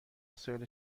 وسایل